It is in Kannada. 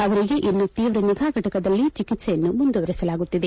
ಅವರಿಗೆ ಇನ್ನೂ ತೀವ್ರ ನಿಗಾ ಘಟಕದಲ್ಲಿಯೇ ಚಿಕಿತ್ಸೆಯನ್ನು ಮುಂದುವರೆಸಲಾಗುತ್ತಿದೆ